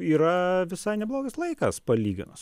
yra visai neblogas laikas palyginus